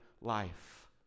life